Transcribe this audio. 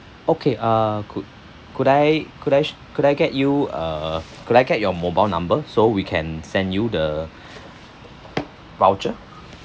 okay uh could could I could I sh~ could I get you uh could I get your mobile number so we can send you the voucher